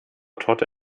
torte